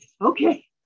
Okay